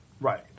Right